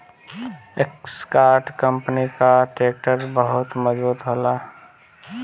Escort company कअ tractor बहुते मजबूत होला